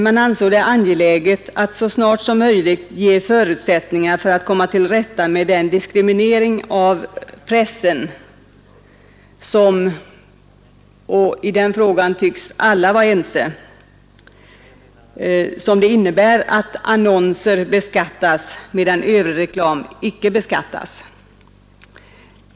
Man ansåg det angeläget att så snart som möjligt ge förutsättningar för att komma till rätta med den diskriminering av pressen — om detta tycks alla vara ense — som det innebär att annonser beskattas, medan övrig reklam icke beskattas.